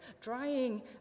drying